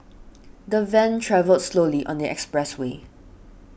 the van travelled slowly on the expressway